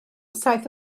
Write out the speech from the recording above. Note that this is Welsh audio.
saith